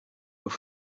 were